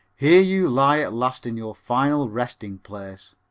here you lie at last in your final resting place,